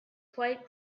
quite